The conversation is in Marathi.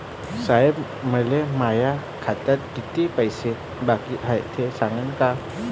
साहेब, मले माया खात्यात कितीक पैसे बाकी हाय, ते सांगान का?